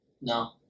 No